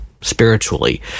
spiritually